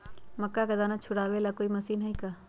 मक्का के दाना छुराबे ला कोई मशीन हई का?